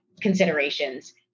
considerations